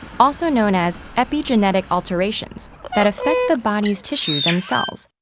also known as epigenetic alterations, that affect the body's tissues and cells.